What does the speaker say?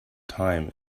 time